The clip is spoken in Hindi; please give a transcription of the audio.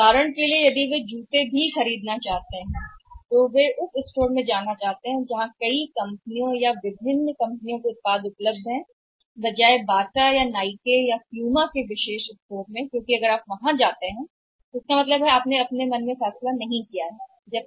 उदाहरण के लिए कहें कि अगर वे जूते भी खरीदना चाहते हैं तो वे स्टोर करना चाहते हैं जो चल रहा है बटा जाने के बजाय कई कंपनियों के विभिन्न कंपनियों के उत्पाद जा रहा है प्यूमा जाने के बजाय नाइके के लिए क्योंकि अगर आप वहां जाते हैं तो इसका मतलब है कि अगर आप में फैसला नहीं किया गया है मन